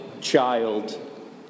child